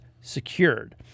secured